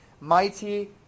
mighty